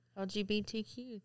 LGBTQ